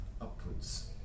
upwards